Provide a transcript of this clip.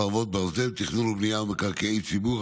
חרבות ברזל) (תכנון ובנייה ומקרקעי ציבור),